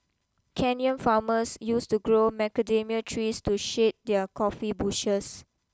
Kenyan farmers used to grow macadamia trees to shade their coffee bushes